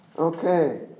Okay